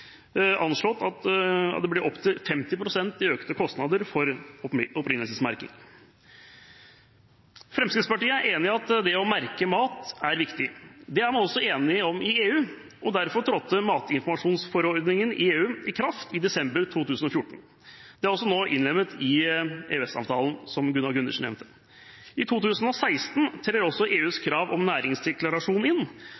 anslått at det vil bli opp mot 50 pst. økte kostnader for opprinnelsesmerking. Fremskrittspartiet er enig i at det å merke mat er viktig. Det er man også enig i i EU, og derfor trådte matinformasjonsforordningen i EU i kraft i desember 2014. Dette er nå også innlemmet i EØS-avtalen, som Gunnar Gundersen nevnte. I 2016 trer også EUs krav om næringsdeklarasjon inn,